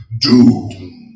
Doom